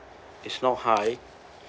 is not high